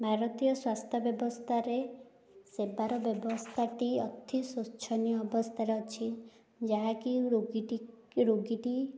ଭାରତୀୟ ସ୍ୱାସ୍ଥ୍ୟ ବ୍ୟବସ୍ଥାରେ ସେବାର ବ୍ୟବସ୍ଥାଟି ଅତି ଶୋଚନୀୟ ଅବସ୍ଥାରେ ଅଛି ଯାହାକି ରୋଗୀଟି ରୋଗୀଟି